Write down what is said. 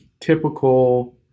typical